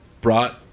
brought